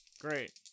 Great